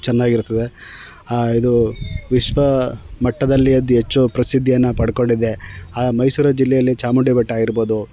ಚೆನ್ನಾಗಿರ್ತದೆ ಆ ಇದು ವಿಶ್ವ ಮಟ್ಟದಲ್ಲಿ ಅತಿ ಹೆಚ್ಚು ಪ್ರಸಿದ್ಧಿಯನ್ನು ಪಡ್ಕೊಂಡಿದೆ ಆ ಮೈಸೂರು ಜಿಲ್ಲೆಯಲ್ಲಿ ಚಾಮುಂಡಿ ಬೆಟ್ಟ ಆಗಿರ್ಬೋದು